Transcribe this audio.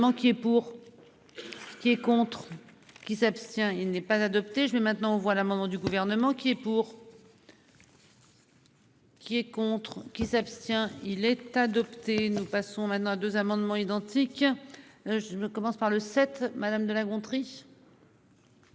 qui est pour. Qui est contre qui s'abstient. Il n'est pas adopté, je mets maintenant aux voix l'amendement du gouvernement qui est pour. Qui est contre qui s'abstient. Il est adopté. Nous passons maintenant à 2 amendements identiques. Je ne commence par le 7. Madame de La Gontrie.